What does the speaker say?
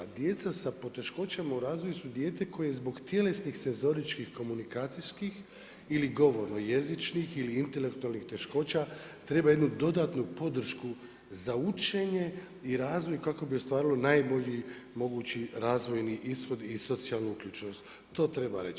Djeca sa poteškoćama u razvoju su dijete koje zbog tjelesnih senzoričkih, komunikacijskih ili govorno-jezičnih ili intelektualnih teškoća treba jednu dodatnu podršku za učenje i razvoj kako bi ostvarilo najbolji mogući razvojni ishod i socijalnu uključenost, to treba reći.